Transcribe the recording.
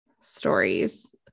stories